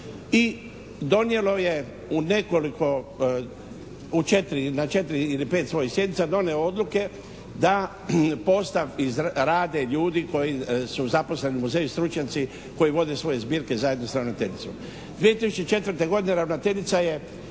u nekoliko, na četiri ili pet svojih sjednica donio odluke da postav izrade ljudi koji su zaposleni u muzeju, stručnjaci koji vode svoje zbirke zajedno s ravnateljicom. 2004. godine ravnateljica je